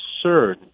absurd